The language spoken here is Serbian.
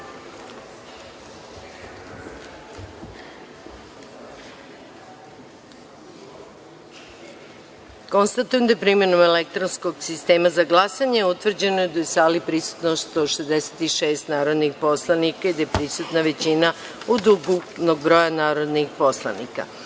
sistema. Konstatujem da je primenom elektronskog sistema za glasanje utvrđeno da je u sali prisutno 166 narodnih poslanika i da je prisutna većina od ukupnog broja narodnih poslanika. Da